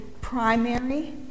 primary